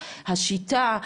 השיטה,